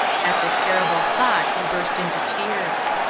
at this terrible thought he burst into tears.